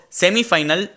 semi-final